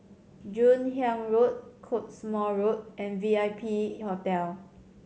Joon Hiang Road Cottesmore Road and V I P Hotel